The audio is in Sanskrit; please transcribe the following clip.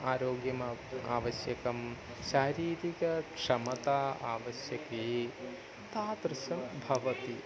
आरोग्यम् आ आवश्यकं शारीरिकक्षमता आवश्यकी तादृशं भवति